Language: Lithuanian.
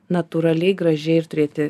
natūraliai gražiai ir turėti